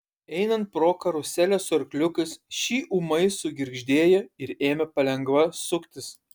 einant pro karuselę su arkliukais ši ūmai sugirgždėjo ir ėmė palengva suktis